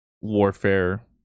warfare